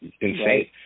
insane